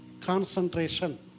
concentration